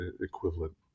equivalent